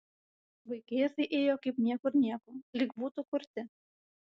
vaikėzai ėjo kaip niekur nieko lyg būtų kurti